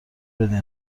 بدین